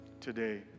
today